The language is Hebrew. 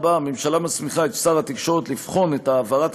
4. הממשלה מסמיכה את שר התקשורת לבחון את העברת